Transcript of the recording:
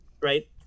right